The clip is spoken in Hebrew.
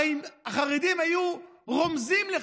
הרי אם החרדים היו רומזים לך,